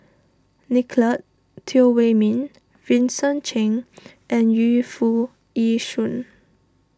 Nicolette Teo Wei Min Vincent Cheng and Yu Foo Yee Shoon